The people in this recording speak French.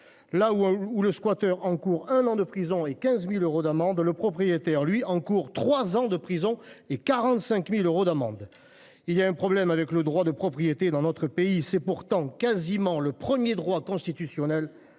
où où le squatteur encourt un an de prison et 15.000 euros d'amende. Le propriétaire lui encourt 3 ans de prison et 45.000 euros d'amende. Il y a un problème avec le droit de propriété dans notre pays. C'est pourtant quasiment le 1er droit constitutionnel